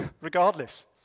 Regardless